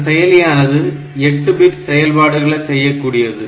இந்த செயலியானது 8 பிட் செயல்பாடுகளை செய்யக்கூடியது